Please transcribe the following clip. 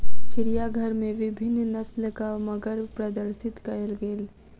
चिड़ियाघर में विभिन्न नस्लक मगर प्रदर्शित कयल गेल